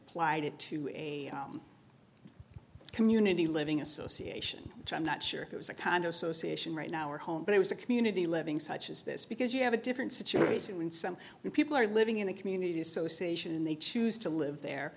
plighted to a community living association which i'm not sure if it was a condo association right now or home but it was a community living such as this because you have a different situation when some people are living in a community association and they choose to live there